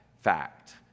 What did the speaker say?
fact